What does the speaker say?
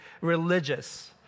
religious